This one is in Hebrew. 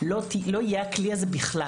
לא יהיה הכלי הזה בכלל.